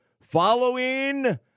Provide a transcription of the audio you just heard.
Following